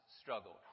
struggled